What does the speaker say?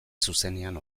zuzenean